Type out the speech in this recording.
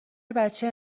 بچه